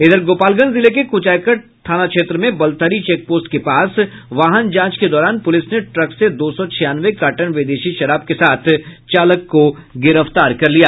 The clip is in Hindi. इधर गोपालगंज जिले के कुचायकोट थाना क्षेत्र में बलथरी चेकपोस्ट के पास वाहन जांच के दौरान पुलिस ने ट्रक से दो सौ छियानवे कार्टन विदेशी शराब के साथ चालक को गिरफ्तार कर लिया